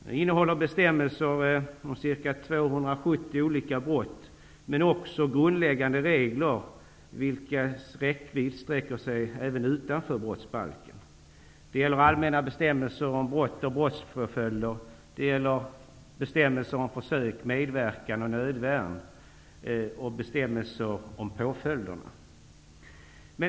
Den innehåller bestämmelser om ca 270 olika brott men också grundläggande regler, vilkas räckvidd sträcker sig även utanför brottsbalken. Det gäller allmänna bestämmelser om brott och brottspåföljder, det gäller bestämmelser om försök, medverkan och nödvärn och bestämmelser om påföljderna.